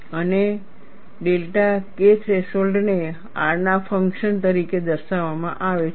અને delta K થ્રેશોલ્ડને R ના ફંક્શન તરીકે દર્શાવવામાં આવે છે